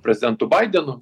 prezidentu baidenu